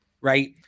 right